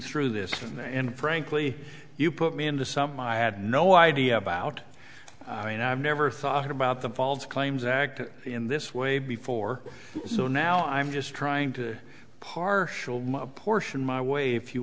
through this and frankly you put me into something i had no idea about i mean i've never thought about the false claims act in this way before so now i'm just trying to partial portion my way if you